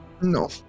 No